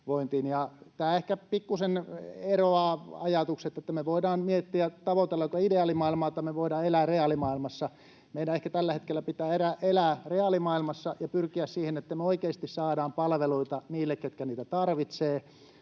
Tässä ehkä pikkusen eroavat ajatukset, eli me voidaan miettiä, tavoitellaanko ideaalimaailmaa, tai me voidaan elää reaalimaailmassa. Meidän ehkä tällä hetkellä pitää elää reaalimaailmassa ja pyrkiä siihen, että me oikeasti saadaan palveluita niille, ketkä niitä tarvitsevat,